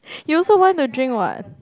you also want to drink [what]